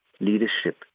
leadership